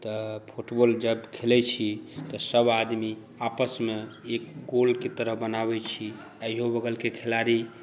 तऽ फुटबॉल जब खेलैत छी तऽ सभ आदमी आपसमे एक गोलके तरह बनाबैत छी एहिओ बगलके खिलाड़ी